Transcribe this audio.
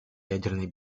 ядерной